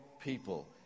people